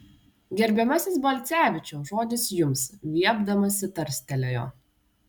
gerbiamasis balcevičiau žodis jums viepdamasi tarstelėjo